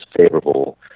favorable